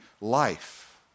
life